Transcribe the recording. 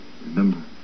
Remember